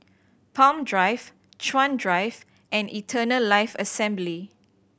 Palm Drive Chuan Drive and Eternal Life Assembly